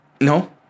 No